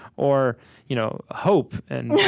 or you know hope and yeah